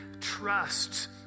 trust